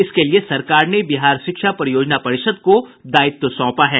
इसके लिये सरकार ने बिहार शिक्षा परियोजना परिषद को दायित्व सौंपा है